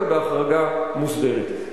ובהחרגה מוסדרת.